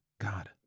God